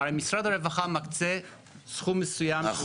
הרי משרד הרווחה מקצה סכום מסוים של